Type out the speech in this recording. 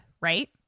right